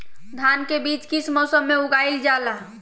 धान के बीज किस मौसम में उगाईल जाला?